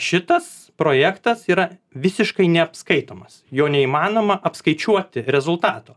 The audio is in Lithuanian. šitas projektas yra visiškai neapskaitomas jo neįmanoma apskaičiuoti rezultato